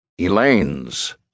Elaine's